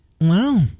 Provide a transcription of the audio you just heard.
Wow